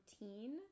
routine